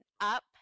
up